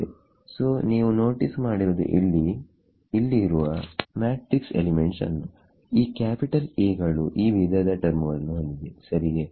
so ನೀವು notice ಮಾಡಿರುವುದು ಇಲ್ಲಿ ಇರುವ ಮ್ಯಾಟ್ರಿಕ್ಸ್ ಎಲಿಮೆಂಟ್ಸ್ ನ್ನು ಈ ಕ್ಯಾಪಿಟಲ್ A ಗಳು ಈ ವಿಧದ ಟರ್ಮುಗಳನ್ನು ಹೊಂದಿದೆ ಸರಿಯೇ